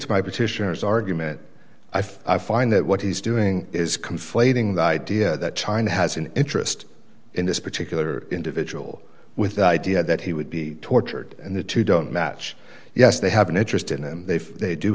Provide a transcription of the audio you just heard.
to my petitioners argument i find that what he's doing is conflating the idea that china has an interest in this particular individual with the idea that he would be tortured and the two don't match yes they have an interest in him they feel they do